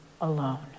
alone